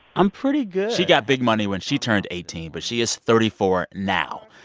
i'm pretty good she got big money when she turned eighteen. but she is thirty four now.